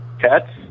Cats